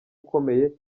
ukomeye